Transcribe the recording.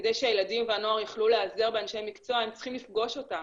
כדי שהילדים והנוער יוכלו להיעזר באנשי מקצוע הם צריכים לפגוש אותם.